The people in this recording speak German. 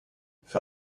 für